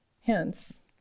Hence